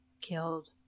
killed